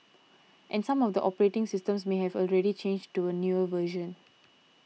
and some of the operating systems may have already changed to a newer version